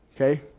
Okay